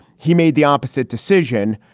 he made the opposite decision.